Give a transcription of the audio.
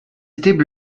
étaient